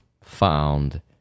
found